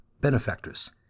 Benefactress